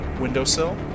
windowsill